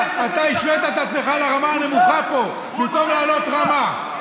אתה השווית את עצמך לרמה הנמוכה פה במקום להעלות רמה.